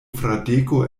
fradeko